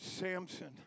Samson